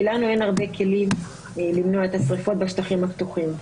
לנו אין הרבה כלים למנוע את השריפות בשטחים הפתוחים.